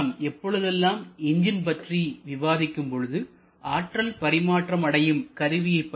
நாம் எப்பொழுதெல்லாம் என்ஜின் என்பதைப் பற்றி விவாதிக்கும் பொழுது ஆற்றல் பரிமாற்றம் அடையும் கருவியை energy conversion device